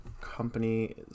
company